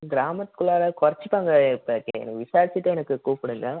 கிராமத்துக்குள்ளாற குறச்சிப்பாங்க இப்போ கே எனக்கு விசாரித்திட்டு எனக்கு கூப்பிடுங்க